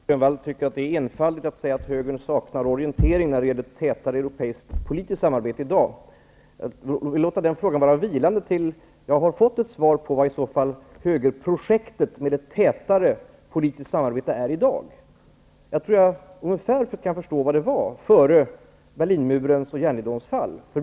Herr talman! Nic Grönvall tycker att det är enfaldigt att säga att högern saknar orientering när det gäller tätare europeiskt politiskt samarbete i dag. Jag vill låta den frågan vara vilande tills jag i så fall har fått ett svar på vad högerprojektet med ett tätare politiskt samarbete är i dag. Jag tror att jag kan förstå ungefär vad det var före Berlinmurens och järnridåns fall.